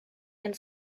and